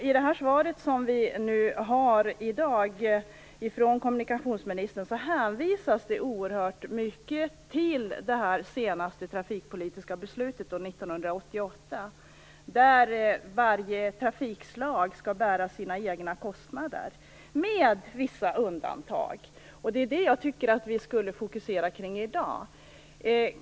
I det svar vi nu i dag fått av kommunikationsministern, hänvisas det oerhört mycket till det senaste trafikpolitiska beslutet 1988, enligt vilket varje trafikslag skall bära sina egna kostnader - med vissa undantag. Det är det jag tycker att vi borde fokusera kring i dag.